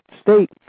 state